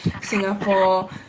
Singapore